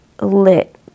lit